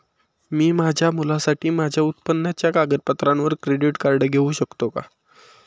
मी माझ्या मुलासाठी माझ्या उत्पन्नाच्या कागदपत्रांवर क्रेडिट कार्ड घेऊ शकतो का?